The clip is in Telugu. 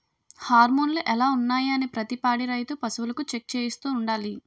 హార్మోన్లు ఎలా ఉన్నాయి అనీ ప్రతి పాడి రైతు పశువులకు చెక్ చేయిస్తూ ఉండాలి